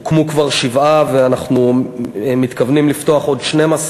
הוקמו כבר שבעה ואנחנו מתכוונים לפתוח עוד 12,